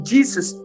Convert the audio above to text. Jesus